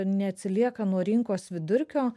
neatsilieka nuo rinkos vidurkio